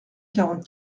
quarante